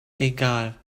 egal